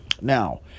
Now